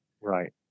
Right